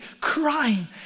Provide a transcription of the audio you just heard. crying